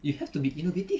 you have to be innovative